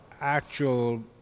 actual